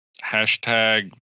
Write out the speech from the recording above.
Hashtag